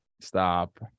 Stop